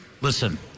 Listen